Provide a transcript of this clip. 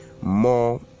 more